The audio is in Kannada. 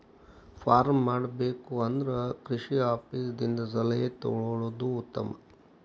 ಪಾರ್ಮ್ ಮಾಡಬೇಕು ಅಂದ್ರ ಕೃಷಿ ಆಪೇಸ್ ದಿಂದ ಸಲಹೆ ತೊಗೊಳುದು ಉತ್ತಮ